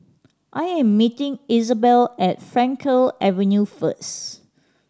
I am meeting Izabelle at Frankel Avenue first